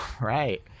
right